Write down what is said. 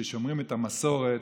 ששומרים את המסורת